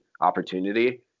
opportunity